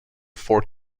for